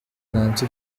nancy